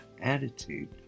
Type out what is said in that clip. attitude